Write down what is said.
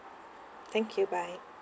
thank you bye